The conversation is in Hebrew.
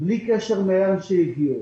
ללא קשר לשאלה מאיפה הגיעו.